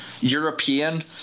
European